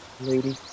Lady